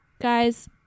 guys